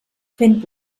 fent